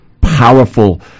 powerful